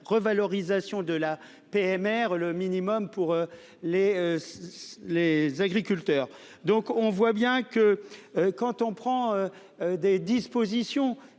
revalorisation de la PMR le minimum pour les. Les agriculteurs. Donc on voit bien que quand on prend. Des dispositions